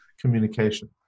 communication